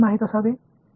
மாணவர் தடைகள்